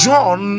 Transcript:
John